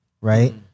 right